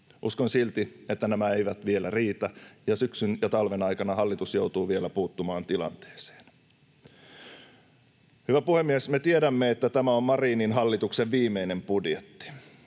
Uskon silti, että nämä eivät vielä riitä ja syksyn ja talven aikana hallitus joutuu vielä puuttumaan tilanteeseen. Hyvä puhemies! Me tiedämme, että tämä on Marinin hallituksen viimeinen budjetti.